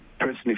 personally